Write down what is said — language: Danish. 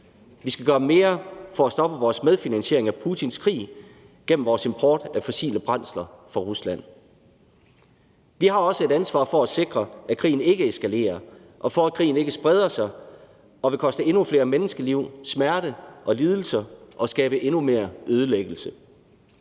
Vi skal gøre mere for at stoppe vores medfinansiering af Putins krig gennem vores import af fossile brændsler fra Rusland. Vi har også et ansvar for at sikre, at krigen ikke eskalerer, og for, at krigen ikke spreder sig og vil koste endnu flere menneskeliv, smerte og lidelser og skabe endnu mere ødelæggelse.